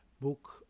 book